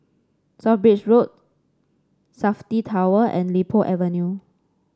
South Bridge Road Safti Tower and Li Po Avenue